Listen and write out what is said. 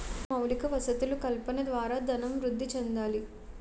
మౌలిక వసతులు కల్పన ద్వారా ధనం వృద్ధి చెందాలి